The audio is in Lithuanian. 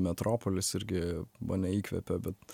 metropolis irgi mane įkvepia bet